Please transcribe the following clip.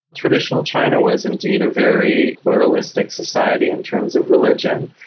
traditional china was indeed a very pluralistic society in terms of religion.